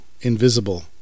invisible